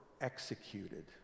executed